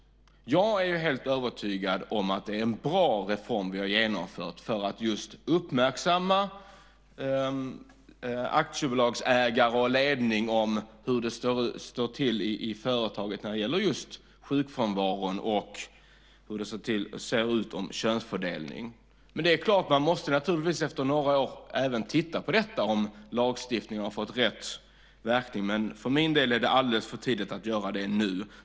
Jag är helt övertygad om att det är en bra reform som vi har genomfört för att uppmärksamma aktiebolagsägare och ledning om hur det står till i företaget när det gäller just sjukfrånvaron och könsfördelning. Man måste naturligtvis efter några år titta på om lagstiftningen har fått rätt verkning. Men för min del är det alldeles för tidigt att göra det nu.